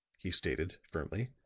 he stated, firmly,